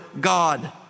God